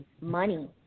money